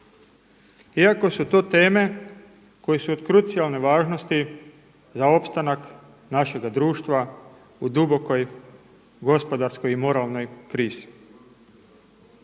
iako su to teme koje su od krucijalne važnosti za opstanak našega društva u dubokoj gospodarskoj i moralnoj krizi.